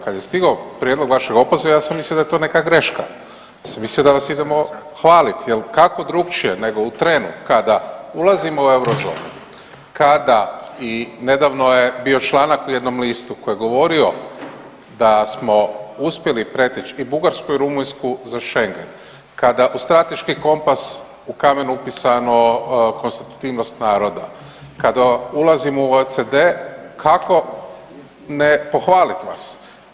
Kad je stigao prijedlog vašeg opoziva, ja sam mislio da je to neka greška, ja sam mislio da vas idemo hvaliti jer kako drukčije nego u trenu kada ulazimo u eurozonu, kada i nedavno je bio članak u jednom listu koji je govorio da smo uspjeli preteći i Bugarsku i Rumunjsku za Schengen, kada u Strateški kompas u kamen upisano konstitutivnost naroda, kada ulazimo u OECD, kako ne pohvalit vas?